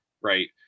right